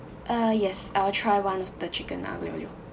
ah yes I will try one of the chicken aglio-olio